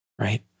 right